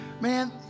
Man